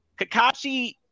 Kakashi